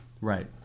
right